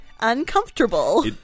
uncomfortable